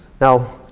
now,